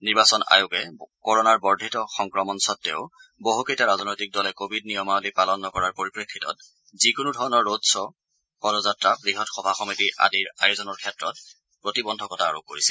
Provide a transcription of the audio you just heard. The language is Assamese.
নিৰ্বাচন আয়োগে ক'ৰণাৰ বৰ্ধিত সংক্ৰমণ সত্বেও বহুকেইটা ৰাজনৈতিক দলে কোৱিড নিয়মাবলী পালন নকৰাৰ পৰিপ্ৰেক্ষিতত যিকোনো ধৰণৰ ৰোড শ্ব পদযাত্ৰা বৃহৎ সভা সমিতি আদিৰ আয়োজনৰ ক্ষেত্ৰত প্ৰতিবন্ধকতা আৰোপ কৰিছে